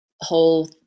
whole